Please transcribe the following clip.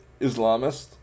Islamist